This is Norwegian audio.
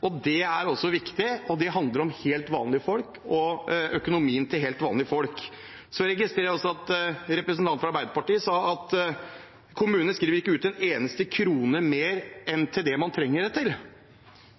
promille. Det er også viktig, og det handler om helt vanlige folk og deres økonomi. Jeg registrerte at representanten fra Arbeiderpartiet sa at kommunene skriver ikke ut en eneste krone mer enn til det man trenger det til.